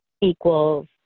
equals